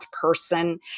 person